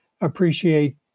appreciate